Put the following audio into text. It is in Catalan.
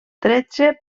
tretze